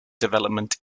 development